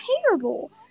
terrible